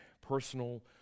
personal